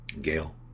Gail